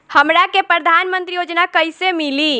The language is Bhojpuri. हमरा के प्रधानमंत्री योजना कईसे मिली?